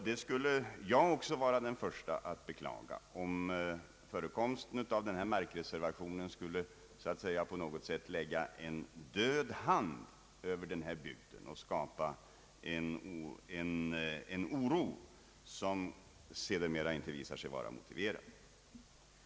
Jag skulle också vara den förste att beklaga om denna markreservation på något sätt skulle lägga så att säga en död hand över denna bygd och skapa en oro som sedermera inte visade sig vara motiverad.